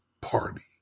Party